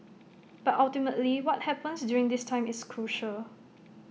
but ultimately what happens during this time is crucial